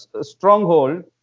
stronghold